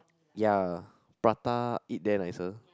ya prata eat there nicer